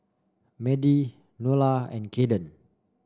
Madie Nola and Kaiden